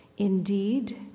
Indeed